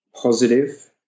positive